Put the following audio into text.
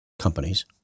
companies